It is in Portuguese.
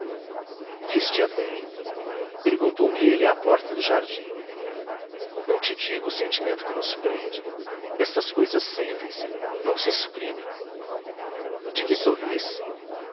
viste a bem perguntou-me ele à porta do jardim não te digo o sentimento que nos prende estas cousas sentem-se não se exprimem de que sorris